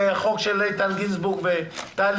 חוק של איתן גינזבורג, טלי